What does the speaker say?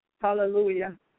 Hallelujah